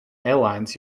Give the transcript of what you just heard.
airlines